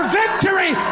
victory